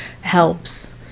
helps